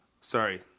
sorry